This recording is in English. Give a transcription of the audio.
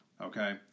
okay